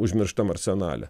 užmirštam arsenale